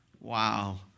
Wow